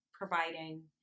providing